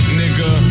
nigga